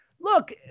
look